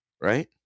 right